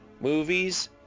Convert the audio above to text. movies